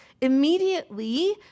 Immediately